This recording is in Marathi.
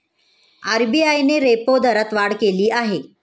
आर.बी.आय ने रेपो दरात वाढ केली आहे